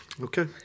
Okay